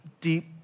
deep